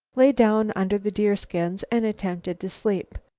lay down under the deerskins and attempted to sleep.